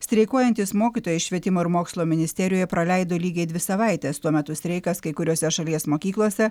streikuojantys mokytojai švietimo ir mokslo ministerijoje praleido lygiai dvi savaites tuomet streikas kai kuriose šalies mokyklose